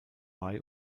mai